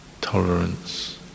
tolerance